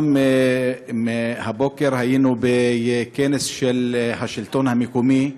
הבוקר היינו בכנס של השלטון המקומי,